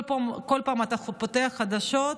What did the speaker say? כל פעם אתה פותח חדשות